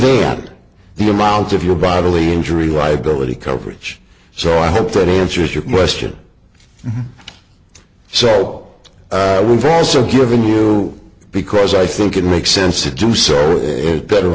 eat the amount of your bodily injury liability coverage so i hope that answers your question sal we've also given you because i think it makes sense to do so with a better